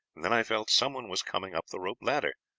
and then i felt someone was coming up the rope ladder.